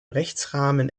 rechtsrahmen